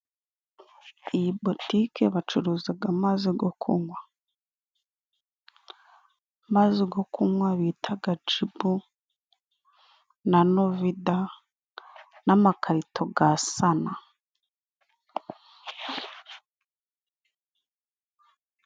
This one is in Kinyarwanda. Iyi butike bacuruzaga amazi go kunywa. Amazi gwo kunywa bitaga jibu na novida n'amakarito gwa sana.